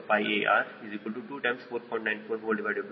940